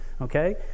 Okay